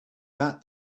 that